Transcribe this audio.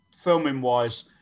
filming-wise